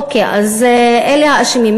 אוקיי, אז אלה האשמים.